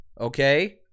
okay